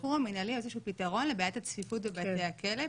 השחרור המינהלי הוא איזשהו פתרון לבעיית הצפיפות בבתי הכלא,